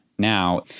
Now